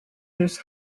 his